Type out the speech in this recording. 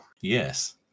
yes